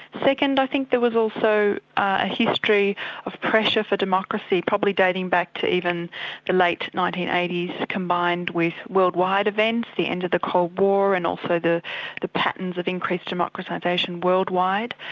second, i think there was also a history of pressure for democracy, probably dating back to even the late nineteen eighty s combined with worldwide events, the end of the cold war and also the the patterns of increased democratisation worldwide,